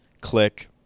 Click